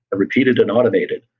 repeated and automated.